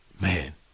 Man